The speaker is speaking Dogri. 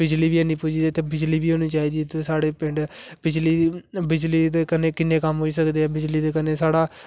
बिजली बी है नी पुजदी बिजली बी होनी चाहिदी ते साढ़े पिंडं बिजली कन्नै किन्ने कम्म होई सकदे ना बिजली कन्नै साढ़ा